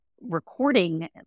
recording